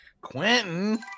Quentin